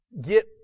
get